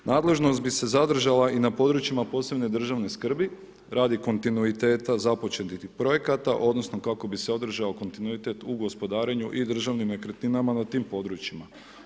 Nadležnost b i se zadržala i na područjima posebne državne skrbi radi kontinuiteta započetih projekata, odnosno kako bi se održao kontinuitet u gospodarenju i državnim nekretninama na tim područjima.